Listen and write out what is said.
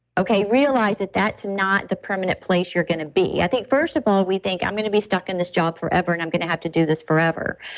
realize that that's not the permanent place you're going to be. i think, first of all, we think i'm going to be stuck in this job forever and i'm going to have to do this forever.